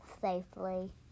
safely